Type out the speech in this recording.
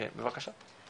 בבקשה.